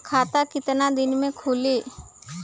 खाता कितना दिन में खुलि?